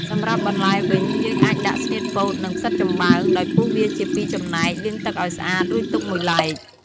សម្រាប់បន្លែវិញ យើងអាចដាក់ ស្នៀតពោត និង ផ្សិតចំបើង ដោយពុះវាជាពីរចំណែក លាងទឹកឱ្យស្អាត រួចទុកមួយឡែក។